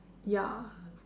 ya